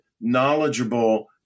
knowledgeable